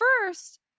first